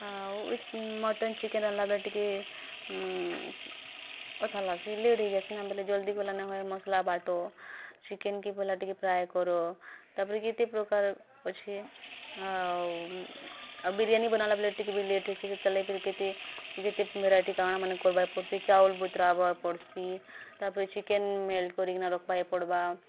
ଆଉ mutton chicken ରାନ୍ଧ୍ଲା ବେଲେ ଟିକେ ବ୍ୟଥା ଲାଗ୍ସି ଲେଟ୍ ହୋଇଯାଇସି ନା ବେଲେ ଜଲ୍ଦି କଲା ନ ହୁଏ ମସଲା ବାଟ ଚିକେନ୍କେ ବୋଲେ ଟିକେ ଫ୍ରାଏ କର ତାପରେ କେତେ ପ୍ରକାର ଅଛି ଆଉ ବିରିୟାନୀ ବନାଲା ଟିକେ ବି ଲେଟ୍ ହେସି ସେଥିଲାଗି ଫେର କେତେ କେତେ ଭେରାଇଟି କାଣା ମାନେ କରବାର୍ ପଡ଼୍ସି ଚାଉଲ୍ପତ୍ର ଆଇବା ପଡ଼୍ସି ତାପରେ ଚିକେନ୍ ମେଲ୍ଟ କରିକିନା ରଖବାଏ ପଡ଼୍ବା